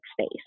space